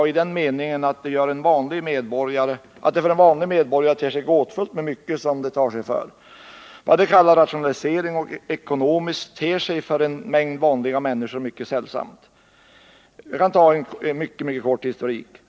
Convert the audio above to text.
Ja, i den meningen att mycket av det som verken tar sig för ter sig gåtfullt för en vanlig medborgare. Vad de kallar rationalisering och ekonomiskt tänkande ter sig för en vanlig människa mycket sällsamt. Låt mig göra en mycket kort historik.